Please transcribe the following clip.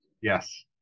Yes